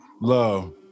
Love